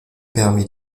permis